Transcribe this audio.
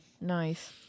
nice